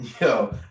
Yo